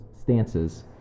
stances